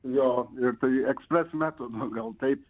jo ir tai ekspres metodas gal taip